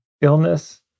illness